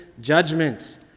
judgment